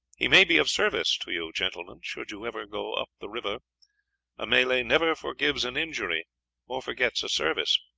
he may be of service to you, gentlemen, should you ever go up the river a malay never forgives an injury or forgets a service.